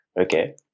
okay